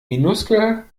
minuskel